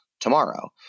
Tomorrow